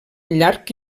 llarg